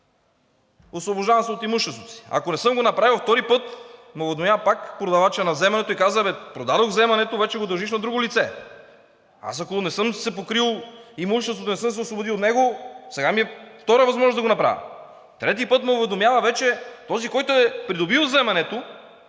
освобождавам се от имуществото си. Ако не съм го направил, втори път ме уведомява пак, продава вземането и казва – продадох вземането и вече го дължиш на друго лице. Аз ако не съм си покрил имуществото, не съм се освободил от него, сега ми е втората възможност да го направя. Трети път ме уведомява вече този, който е придобил вземането,